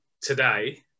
today